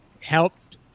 helped